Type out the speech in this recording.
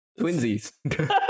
Twinsies